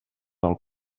del